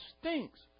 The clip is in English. stinks